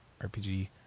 RPG